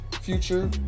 future